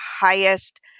highest